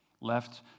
left